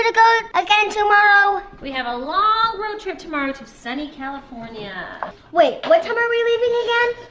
and go again tomorrow? we have a long road trip tomorrow to sunny, california wait, what time are we leaving again?